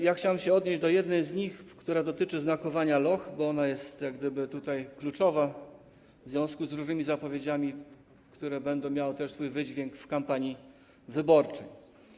Ja chciałbym się odnieść do jednej z nich, która dotyczy znakowania loch, bo ona jest jak gdyby tutaj kluczowa w związku z różnymi zapowiedziami, które będą miały też swój wydźwięk w kampanii wyborczej.